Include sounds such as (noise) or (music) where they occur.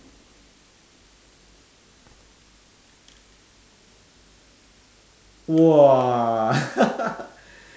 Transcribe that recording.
!wah! (laughs)